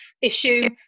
issue